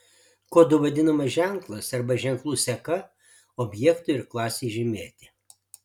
kodu vadinamas ženklas arba ženklų seka objektui ir klasei žymėti